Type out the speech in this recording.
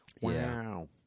Wow